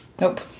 nope